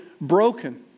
broken